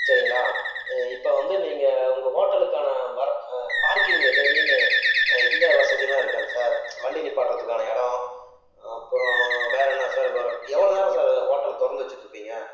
சரிங்களா இப்போ வந்து நீங்கள் உங்கள் ஹோட்டலுக்கான வர பார்க்கிங் எது மீனு இந்த வசதியெலாம் இருக்காங்க சார் வண்டி நிற்பாட்றதுக்கான இடோம் அப்புறோம் வேறு என்ன சார் வேறு எவ்வளோ நேரம் சார் ஹோட்டலை திறந்து வச்சிருப்பீங்க